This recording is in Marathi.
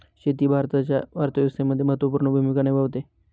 शेती भारताच्या अर्थव्यवस्थेमध्ये महत्त्वपूर्ण भूमिका निभावते